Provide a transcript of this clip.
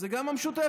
זה גם המשותפת.